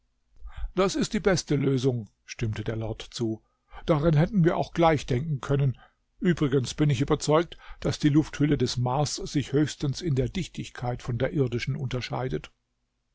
das ist die beste lösung stimmte der lord zu daran hätten wir auch gleich denken können übrigens bin ich überzeugt daß die lufthülle des mars sich höchstens in der dichtigkeit von der irdischen unterscheidet